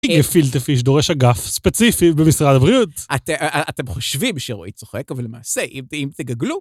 גפילטע פיש דורש אגף ספציפי במשרד הבריאות. אתם חושבים שרועי צוחק, אבל למעשה, אם תגגלו...